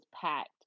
packed